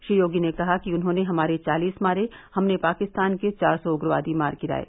श्री योगी ने कहा कि उन्होंने हमारे चालीस मारे हमने पाकिस्तान के चार सौ उग्रवादी मार गिराये